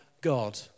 God